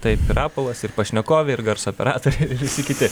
taip ir rapolas ir pašnekovė ir garso operatorė visi kiti